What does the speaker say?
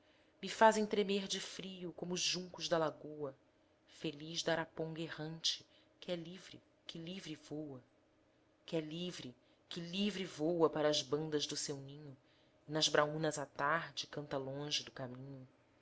me fazem tremer de frio como os juncos da lagoa feliz da araponga errante que é livre que livre voa que é livre que livre voa para as bandas do seu ninho e nas braúnas à tarde canta longe do caminho